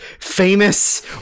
famous